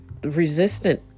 resistant